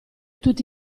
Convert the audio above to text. tutti